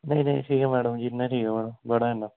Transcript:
नेईं नेईं ठीक ऐ मैडम जी बड़ा इन्ना